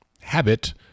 habit